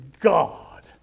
God